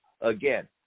again